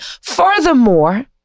Furthermore